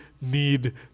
need